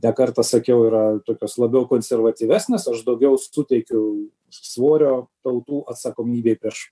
ne kartą sakiau yra tokios labiau konservatyvesnės aš daugiau suteikiu svorio tautų atsakomybei prieš